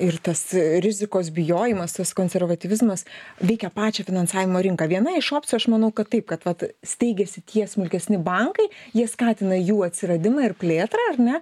ir tas rizikos bijojimas tas konservatyvizmas veikia pačią finansavimo rinką viena iš opcijų aš manau kad taip kad steigiasi tie smulkesni bankai jie skatina jų atsiradimą ir plėtrą ar ne